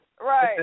Right